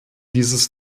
dieses